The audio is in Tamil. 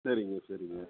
சரிங்க சரிங்க